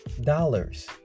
dollars